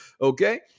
Okay